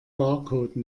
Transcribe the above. barcode